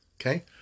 okay